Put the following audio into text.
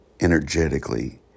energetically